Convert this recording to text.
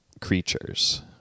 creatures